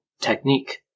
technique